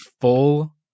full